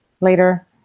later